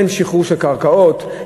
אין שחרור של קרקעות,